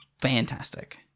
fantastic